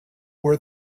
where